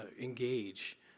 engage